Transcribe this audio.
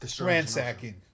ransacking